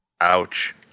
Ouch